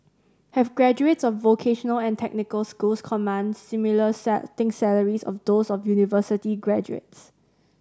have graduates of vocational and technical schools command similar starting salaries of those of university graduates